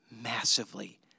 massively